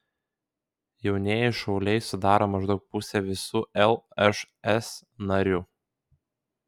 jaunieji šauliai sudaro maždaug pusę visų lšs narių